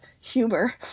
humor